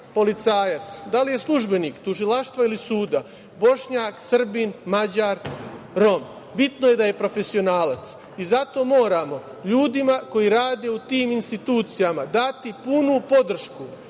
policajac, da li je službenik tužilaštva ili suda Bošnjak, Srbin, Mađar, Rom, bitno je da profesionalac i zato moramo ljudima koji rade u tim institucijama dati punu podršku